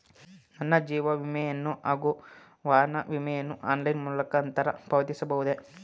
ನನ್ನ ಜೀವ ವಿಮೆಯನ್ನು ಹಾಗೂ ವಾಹನ ವಿಮೆಯನ್ನು ಆನ್ಲೈನ್ ಮುಖಾಂತರ ಪಾವತಿಸಬಹುದೇ?